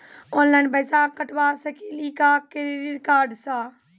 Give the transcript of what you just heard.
Online पैसा कटवा सकेली का क्रेडिट कार्ड सा?